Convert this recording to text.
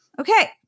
Okay